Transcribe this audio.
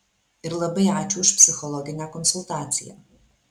ir labai ačiū už psichologinę konsultaciją